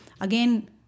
again